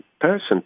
person